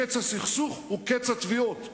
קץ הסכסוך הוא קץ התביעות.